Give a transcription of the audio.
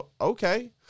okay